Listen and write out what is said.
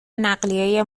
نقلیه